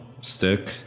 Stick